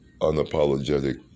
unapologetic